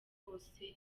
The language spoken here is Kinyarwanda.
bose